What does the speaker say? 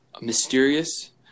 mysterious